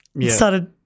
started